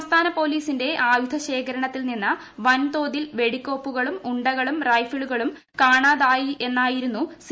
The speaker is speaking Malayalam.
സംസ്ഥാന പോലീസിന്റെ ആയുധ ശേഖരണത്തിൽ നിന്ന് വൻതോതിൽ വെടിക്കോപ്പുകളും ഉണ്ടകളും റൈഫിളുകളും കാണാതായെന്നായിരുന്നു സി